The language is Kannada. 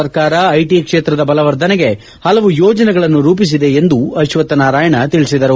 ಸರ್ಕಾರ ಐಟಿ ಕ್ಷೇತ್ರದ ಬಲವರ್ಧನೆಗೆ ಹಲವು ಯೋಜನೆಗಳನ್ನು ರೂಪಿಸಿದೆ ಎಂದು ಅಶ್ವಥ್ ನಾರಾಯಣ ತಿಳಿಸಿದರು